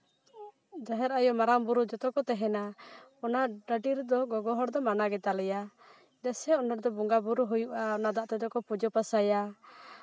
ᱡᱟᱦᱮᱨ ᱟᱭᱳ ᱢᱟᱨᱟᱝ ᱵᱩᱨᱩ ᱡᱚᱛᱚ ᱠᱚ ᱛᱟᱦᱮᱱᱟ ᱚᱱᱟ ᱰᱟᱹᱰᱤ ᱨᱮᱫᱚ ᱜᱚᱜᱚ ᱦᱚᱲ ᱫᱚ ᱢᱟᱱᱟ ᱜᱮᱛᱟᱞᱮᱭᱟ ᱪᱮᱫᱟᱜ ᱥᱮ ᱚᱱᱟ ᱨᱮᱫᱚ ᱵᱚᱸᱜᱟᱼᱵᱳᱨᱳ ᱦᱩᱭᱩᱜᱼᱟ ᱚᱱᱟ ᱫᱟᱜ ᱛᱮᱫᱚ ᱠᱚ ᱯᱩᱡᱟᱹ ᱯᱟᱥᱟᱭᱟ